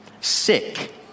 Sick